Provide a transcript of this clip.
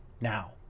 now